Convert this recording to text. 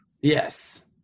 Yes